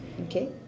Okay